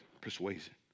persuasion